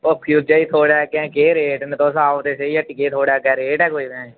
ओह् फुजे थुआढ़े अग्गें केह् रेट न तुस आओ ते सेही हट्टियै थुआढ़े अग्गे रेट कोई भैंए